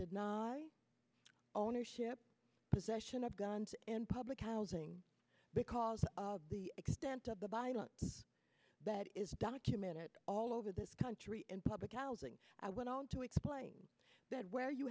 not ownership possession of guns in public housing because the extent of the violence that is documented all over this country in public housing i went on to explain that where you